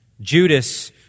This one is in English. Judas